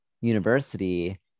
university